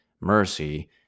mercy